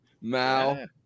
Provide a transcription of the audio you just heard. Mao